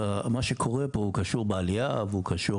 ומה שקורה פה קשור בעלייה וקשור